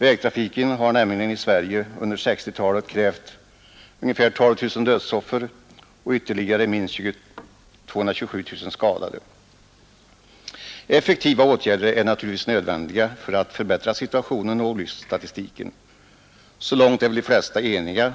Vägtrafiken har nämligen i Sverige under 1960-talet krävt ungefär 12 000 dödsoffer och ytterligare minst 227 000 skadade. Effektiva åtgärder är naturligtvis nödvändiga för att förbättra situationen och olycksstatistiken. Så långt är väl de flesta eniga,